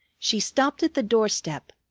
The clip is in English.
she stopped at the doorstep,